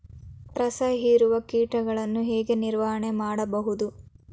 ರಸ ಹೀರುವ ಕೀಟಗಳನ್ನು ಹೇಗೆ ನಿರ್ವಹಣೆ ಮಾಡಬಹುದು?